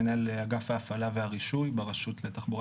מנהל אגף ההפעלה והרישוי ברשות לתחבורה